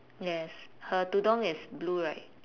yes her tudung is blue right